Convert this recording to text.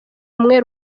umwe